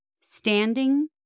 Standing